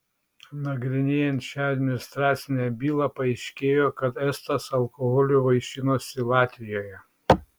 nagrinėjant šią administracinę bylą paaiškėjo kad estas alkoholiu vaišinosi latvijoje